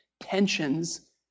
tensions